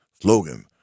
Slogan